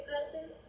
person